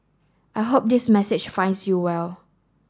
I hope this message finds you well